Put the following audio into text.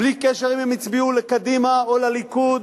בלי קשר אם הם הצביעו לקדימה או לליכוד